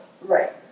Right